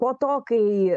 po to kai